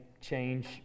change